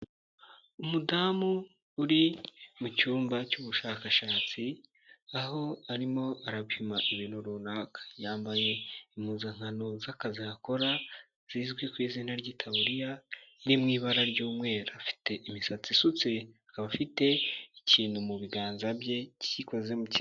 Umudamu uri mu cyumba cy'ubushakashatsi aho arimo arapima ibintu runaka, yambaye impuzankano z'akazi aha akora zizwi ku izina ry'itaburiya ziri mu ibara ry'umweru, afite imisatsi isutse akaba afite ikintu mu biganza bye kikoze mu kintu.